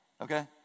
Okay